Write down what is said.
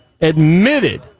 admitted